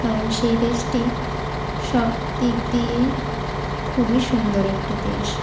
কারণ সেই দেশটি সবদিক দিয়েই খুবই সুন্দর একটি দেশ